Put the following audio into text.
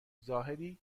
زاهدی